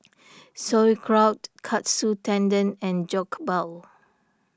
Sauerkraut Katsu Tendon and Jokbal